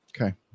Okay